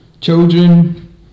Children